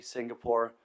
Singapore